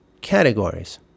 categories